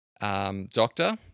doctor